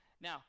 Now